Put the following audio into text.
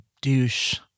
douche